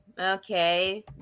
Okay